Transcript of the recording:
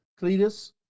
Cletus